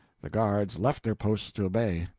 the guards left their posts to obey.